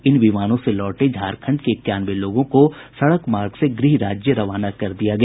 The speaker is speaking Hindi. इन विमानों से लौटे झारखंड के इक्यानवे लोगों को सड़क मार्ग से गृह राज्य रवाना कर दिया गया